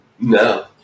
No